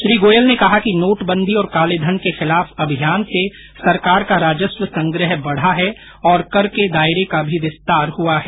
श्री गोयल ने कहा कि नोटबंदी और कालेधन के खिलाफ अभियान से सरकार का राजस्व संग्रह बढ़ा है और कर के दायरे का भी विस्तार हुआ है